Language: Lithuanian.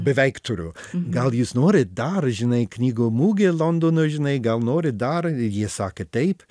beveik turiu gal jis nori dar žinai knygų mugė londono žinai gal nori dar ir jie sakė taip